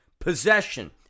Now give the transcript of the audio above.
Possession